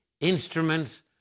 instruments